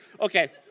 Okay